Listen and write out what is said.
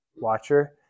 watcher